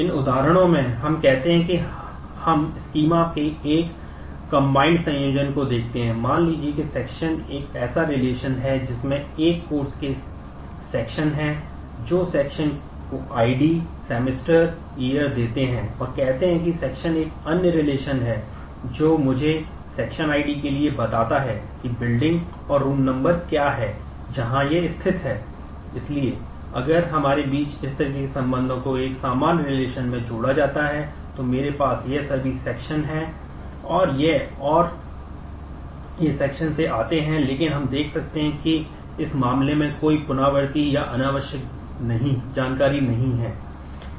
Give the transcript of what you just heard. इन उदाहरणों में हम कहते हैं कि हम स्कीमा से आते हैं लेकिन हम देख सकते हैं कि इस मामले में कोई पुनरावृत्ति या अनावश्यक जानकारी नहीं है